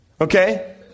Okay